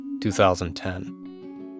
2010